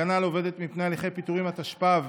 הגנה על עובדת מפני הליכי פיטורים), התשפ"ב